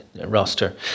roster